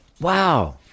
Wow